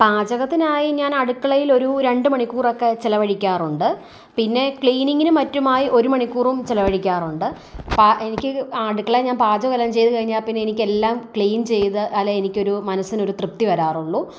പാചകത്തിനായി ഞാൻ അടുക്കളയിൽ ഒരു രണ്ട് മണിക്കൂറൊക്കെ ചിലവഴിക്കാറുണ്ട് പിന്നെ ക്ലീനിങ്ങിന് മറ്റുമായി ഒരു മണിക്കൂറും ചിലവഴിക്കാറുണ്ട് പാ എനിക്ക് അടുക്കളയിൽ ഞാൻ പാചകമെല്ലാം ചെയ്തു കഴിഞ്ഞാൽ പിന്നെ എനിക്കെല്ലാം ക്ലീൻ ചെയ്താലെ എനിക്കൊരു മനസ്സിനൊരു തൃപ്തി വരാറുള്ളൂ